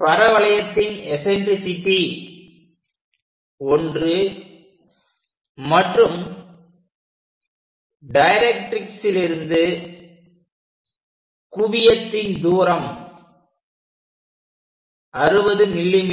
பரவளையத்தின் eccentricity 1 மற்றும் டைரக்ட்ரிக்ஸிலிருந்து குவியத்தின் தூரம் 60 mm